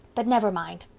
but never mind.